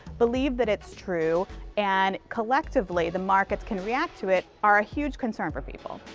believe that it's true and collectively the markets can react to it are a huge concern for people.